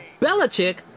Belichick